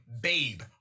babe